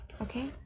okay